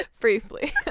Briefly